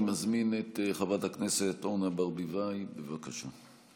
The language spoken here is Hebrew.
אני מזמין את חברת הכנסת אורנה ברביבאי, בבקשה.